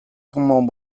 common